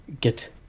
get